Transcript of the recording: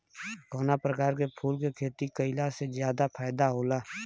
कवना प्रकार के फूल के खेती कइला से ज्यादा फायदा होला?